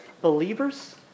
believers